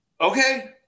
Okay